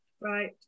Right